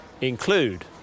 include